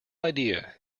idea